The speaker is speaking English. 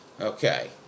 okay